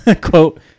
quote